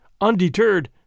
Undeterred